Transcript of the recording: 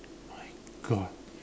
my God